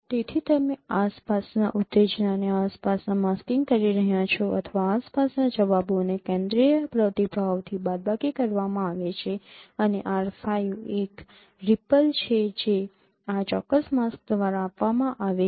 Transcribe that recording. તેથી તમે આસપાસના ઉત્તેજના ને આસપાસના માસ્કિંગ કરી રહ્યાં છો અથવા આસપાસના જવાબોને કેન્દ્રીય પ્રતિભાવથી બાદબાકી કરવામાં આવે છે અને R 5 એક રિપ્પલ છે જે આ ચોક્કસ માસ્ક દ્વારા આપવામાં આવે છે